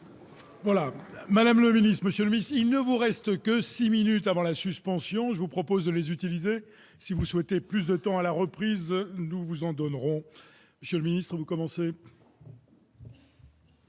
Voilà, Madame le Ministre Monsieur ministre, il ne vous reste que 6 minutes avant la suspension, je vous propose de les utiliser si vous souhaitez plus de temps à la reprise, nous vous en donnerons Monsieur le Ministre, vous commencez.